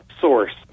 source